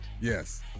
Yes